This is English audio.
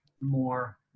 more